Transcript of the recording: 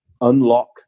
unlock